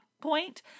point